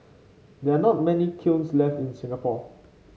there are not many kilns left in Singapore